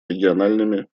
региональными